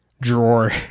drawer